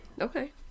Okay